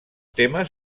temes